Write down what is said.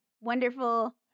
wonderful